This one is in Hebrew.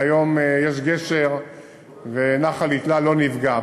והיום יש גשר ונחל יתלה לא נפגע.